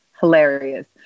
Hilarious